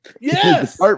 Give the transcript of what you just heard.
Yes